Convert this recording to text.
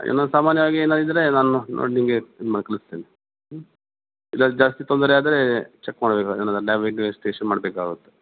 ಇನ್ನು ಸಾಮಾನ್ಯವಾಗಿ ಏನರ ಇದ್ದರೆ ನಾನು ನೋಡಿ ನಿಮಗೆ ಇದು ಮಾಡಿ ಕಳಿಸ್ತೆನೆ ಹಾಂ ಇಲ್ಲ ಜಾಸ್ತಿ ತೊಂದರೆ ಅದರೆ ಚಕ್ ಮಾಡಬೇಕು ಏನನ್ನ ಲ್ಯಾಬಿದ್ದು ಟೆಸ್ಟ್ ಮಾಡಬೇಕಾಗುತ್ತೆ